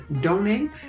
donate